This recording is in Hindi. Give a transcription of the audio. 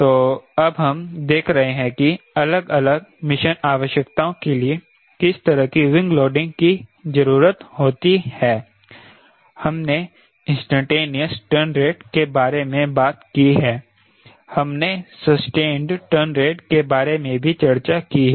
तो अब हम देख रहे हैं कि अलग अलग मिशन आवश्यकताओं के लिए किस तरह की विंग लोडिंग की जरूरत होती है हमने इंस्टैंटेनियस टर्न रेट के बारे में बात की है हमने सस्टेंड टर्न रेट के बारे में भी चर्चा कि है